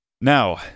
Now